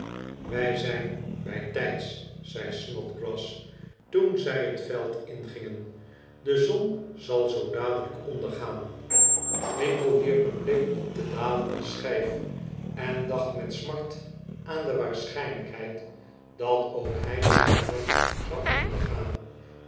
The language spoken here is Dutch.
wij zijn bijtijds zei snodgrass toen zij het veld ingingen de zon zal zoo dade v lij'k ondergaan winkle wierp een biik op de dalende schijf en dacht met smart aan de waarschijnlijkheid dat ook hij binnenkort zou ondergaan